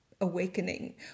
awakening